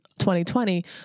2020